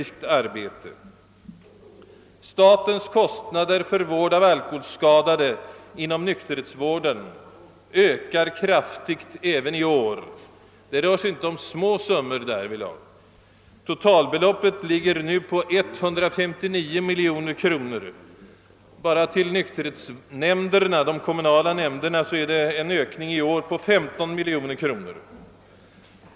Statens kostnader för vård av alkoholskadade inom nykterhetsvården ökar t.ex. kraftigt även i år. Det rör sig inte om små summor därvidlag. Totalbeloppet är nu 159 miljoner kronor. Bara för de kommunala nykterhetsnämndernas del är det fråga om en ökning i år på 15 miljoner kronor.